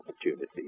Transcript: opportunities